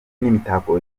n’imitako